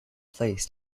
please